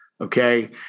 okay